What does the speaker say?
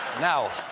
now,